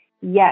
yes